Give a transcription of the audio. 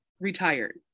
retired